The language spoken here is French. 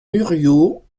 muriot